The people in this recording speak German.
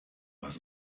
was